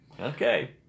Okay